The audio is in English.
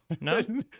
No